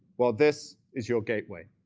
well, this is your gateway.